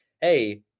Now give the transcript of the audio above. hey